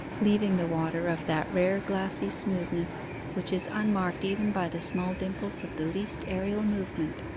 leaving the water of that rare glassy smoothness which is unmarked even by the small dimples of the least aerial movement.